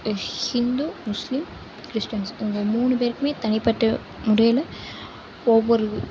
Hindu Muslim Christians இவங்க மூணு பேருக்குமே தனிப்பட்ட முறையில் ஒவ்வொரு